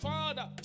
Father